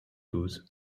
cause